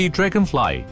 Dragonfly